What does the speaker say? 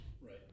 right